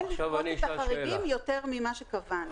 אין --- את החריגים יותר ממה שקבענו.